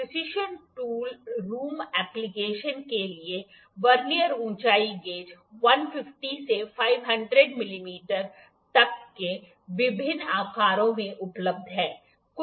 precision tool room application के लिए vernier ऊंचाई गेज 150 से 500 मिमी तक के विभिन्न आकारों में उपलब्ध हैं